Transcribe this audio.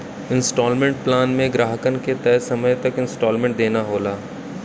instalment plan में ग्राहकन के तय समय तक इन्सटॉलमेंट देना होला